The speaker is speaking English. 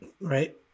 Right